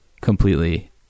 completely